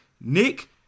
Nick